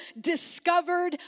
discovered